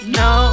no